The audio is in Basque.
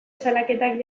salaketak